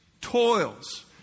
toils